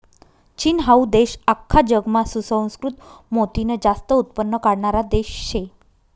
चीन हाऊ देश आख्खा जगमा सुसंस्कृत मोतीनं जास्त उत्पन्न काढणारा देश शे